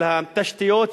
של התשתיות,